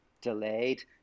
delayed